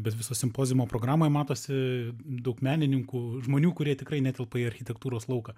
bet viso simpoziumo programą matosi daug menininkų žmonių kurie tikrai netelpa į architektūros lauką